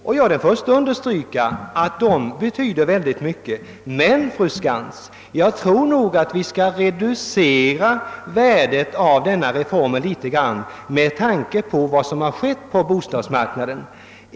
Jag är den förste att understryka att de betyder mycket, men jag tror, fru Skantz, att vi bör reducera värdet av denna reform en smula med tanke på vad som har skett på bostadsmarknaden.